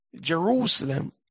Jerusalem